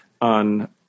on